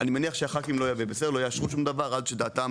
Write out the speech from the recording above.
אני מניח שהח"כים לא יאשרו שום דבר עד שדעתם